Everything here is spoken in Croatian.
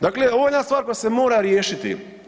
Dakle ovo je jedna stvar koja se mora riješiti.